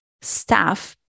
staff